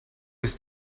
his